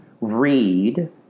read